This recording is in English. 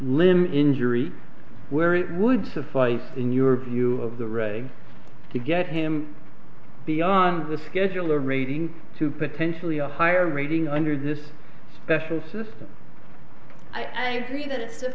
limb injury where it would suffice in your view of the array to get him beyond the scheduler rating to potentially a higher rating under this special system i agree that it's